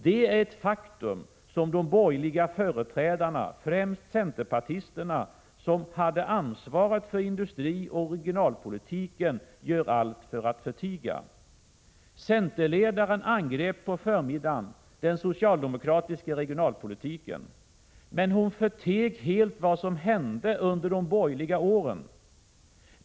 Det är ett faktum som de borgerliga företrädarna, främst centerpartisterna, som hade ansvaret för industrioch regionalpolitiken, gör allt för att förtiga. Centerledaren angrep på förmiddagen den socialdemokratiska regionalpolitiken. Men hon förteg helt vad som hände under de borgerliga åren.